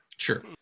Sure